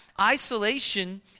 isolation